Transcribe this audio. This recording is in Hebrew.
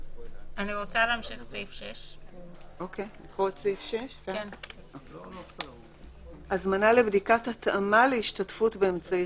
אני רוצה להמשיך לסעיף 6. הזמנה לבדיקת התאמה להשתתפות באמצעי